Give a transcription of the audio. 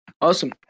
Awesome